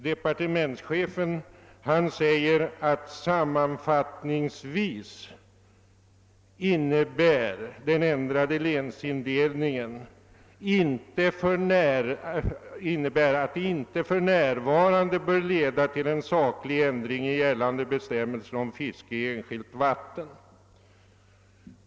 Departementschefen anför sammanfattningsvis »att den ändrade länsindelningen inte f.n. bör leda till saklig ändring i gällande bestämmelser om fiske i enskilt vatten».